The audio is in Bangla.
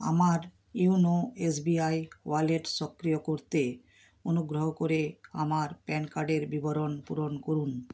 আমার ইয়োনো এসবিআই ওয়ালেট সক্রিয় করতে অনুগ্রহ করে আমার প্যান কার্ডের বিবরণ পূরণ করুন